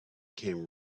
came